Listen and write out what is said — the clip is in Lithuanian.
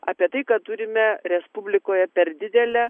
apie tai kad turime respublikoje per didelę